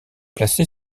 placé